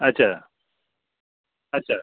আচ্ছা আচ্ছা